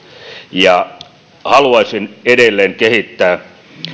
haluaisin edelleen kehittää